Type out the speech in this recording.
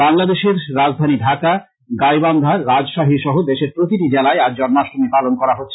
বাংলাদেশের রাজধানী ঢাকা গাইবান্ধা রাজশাহী সহ দেশের প্রতিটি জেলায় আজ জন্মাষ্টমী পালন করা হচ্ছে